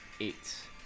eight